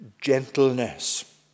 gentleness